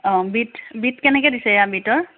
অ বিট বিট কেনেকৈ দিছে এয়া বিটৰ